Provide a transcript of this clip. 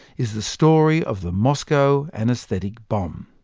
is the story of the moscow anaesthetic bomb.